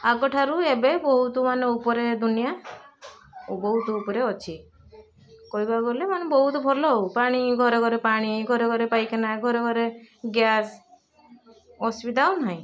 ଆଗଠାରୁ ଏବେ ବହୁତମାନେ ଉପରେ ଦୁନିଆ ବହୁତ ଉପରେ ଅଛି କହିବାକୁ ଗଲେ ମାନେ ବହୁତ ଭଲ ଆଉ ପାଣି ଘରେଘରେ ପାଣି ଘରେଘରେ ପାଇଖିନା ଘରେଘରେ ଗ୍ୟାସ୍ ଅସୁବିଧା ଆଉନାହିଁ